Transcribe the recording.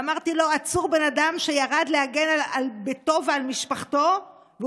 ואמרתי לו: בן אדם שירד להגן על ביתו ועל משפחתו עצור,